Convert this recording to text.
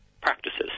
practices